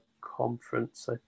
Conference